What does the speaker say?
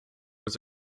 was